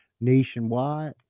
nationwide